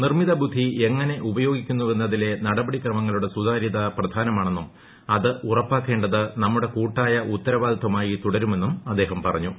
നിർമ്മിത ബുദ്ധി എങ്ങനെ ഉപയോഗിക്കുന്നുവെന്ന തിലെ നടപടിക്രമങ്ങളുടെ സുതാരൃത പ്രധാനമാണെന്നും അത് ഉറപ്പാക്കേണ്ടത് നമ്മുടെ കൂട്ടായ ഉത്തരവാദിത്തമായി തുടരുമെന്നും അദ്ദേഹം പറഞ്ഞു